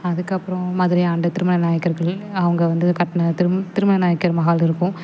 அதுக்கப்புறம் மதுரையை ஆண்ட திருமலை நாயக்கர்கள் அவங்க வந்து கட்டின திரும் திருமலை நாயக்கர் மஹால் இருக்கும்